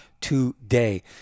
today